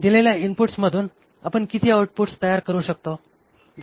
दिलेल्या इनपुट्स मधून आपण किती आऊटपुट्स तयार करू शकतो